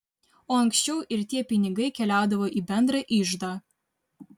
o ankščiau ir tie pinigai keliaudavo į bendrą iždą